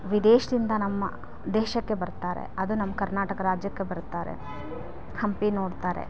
ವಿದೇಶದಿಂದ ನಮ್ಮ ದೇಶಕ್ಕೆ ಬರ್ತಾರೆ ಅದು ನಮ್ಮ ಕರ್ನಾಟಕ ರಾಜ್ಯಕ್ಕೆ ಬರ್ತಾರೆ ಹಂಪಿ ನೋಡ್ತಾರೆ